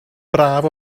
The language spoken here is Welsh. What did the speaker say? braf